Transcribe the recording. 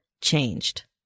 changed